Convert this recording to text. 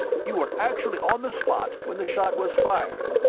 you were actually on the spot when the shot was fired,